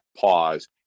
pause